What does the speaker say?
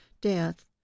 death